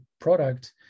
product